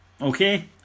okay